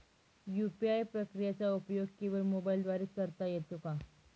UPI प्रक्रियेचा उपयोग केवळ मोबाईलद्वारे च करता येतो का?